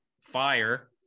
fire